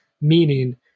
Meaning